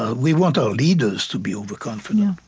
we want our leaders to be overconfident